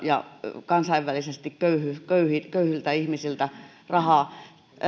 ja kansainvälisesti köyhiltä ihmisiltä rahaa